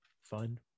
fun